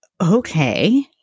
Okay